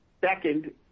Second